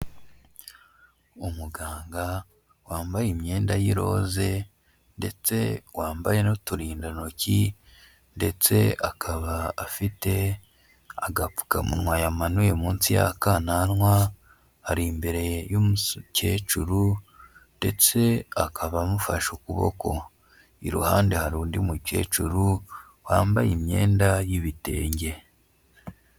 Umuganga wambaye imyenda y'iroze ndetse wambaye n'uturindantoki ndetse akaba afite agapfukamunwa yamanuwe munsi y'akananwa, ari imbere y'umukecuru ndetse akaba amufashe ukuboko. Iruhande hari undi mukecuru, wambaye imyenda y'ibitenge.